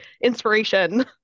inspiration